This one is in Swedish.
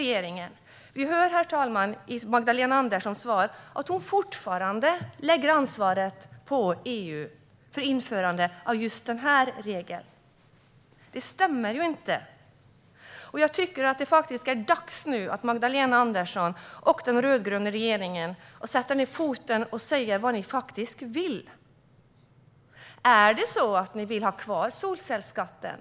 Herr talman! Vi hör i Magdalena Anderssons svar att hon fortfarande lägger ansvaret på EU för införandet av just denna regel. Det fungerar inte. Det är dags för Magdalena Andersson och den rödgröna regeringen att nu sätta ned foten och säga vad de faktiskt vill. Säg till om ni vill ha kvar solcellsskatten!